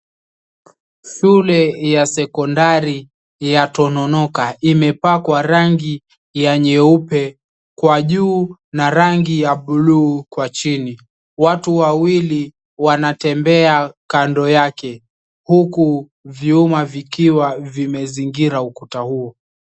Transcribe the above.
Shule ya Secondary ya Tononoka imepakwa rangi ya nyeupe kwa juu na rangi ya blu kwa chini, watu wawili wanatembea kando yake huku vyuma vikiwa vimezingira ukuta huo.